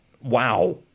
wow